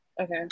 Okay